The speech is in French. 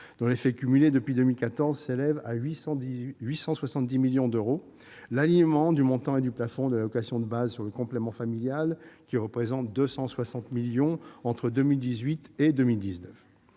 dont l'effet cumulé, toujours depuis 2014, s'élève à 870 millions d'euros ; l'alignement du montant et du plafond de l'allocation de base sur le complément familial, qui représente 260 millions d'euros entre 2018 et 2019.